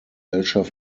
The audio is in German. hervor